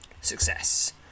Success